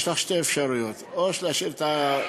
יש לך שתי אפשרויות: או להשאיר את ההצבעה